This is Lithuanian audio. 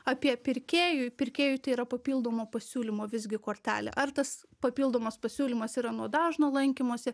apie pirkėjui pirkėjui tai yra papildomo pasiūlymo visgi kortelė ar tas papildomas pasiūlymas yra nuo dažno lankymosi